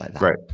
Right